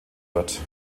wird